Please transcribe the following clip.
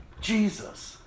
Jesus